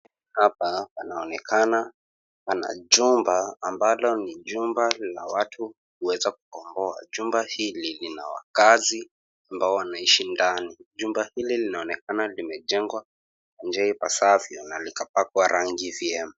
Hapa panaonekana pana jumba ambalo ni jumba la watu kuweza kukomboa. Jumba hili lina wakazi ambao wanaishi ndani, jumba hili linaonekana limejengwa na nje ni pasafi na vikapakwa rangi vyema.